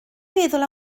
feddwl